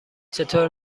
چطور